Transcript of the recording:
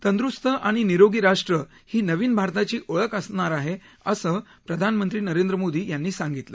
तद्रुस्त आणि निरोगी राष्ट्र ही नवीन भारताची ओळख असणार आहे असं प्रधानमंत्री नरेंद्र मोदी यांनी सांगितलं